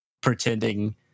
pretending